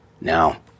now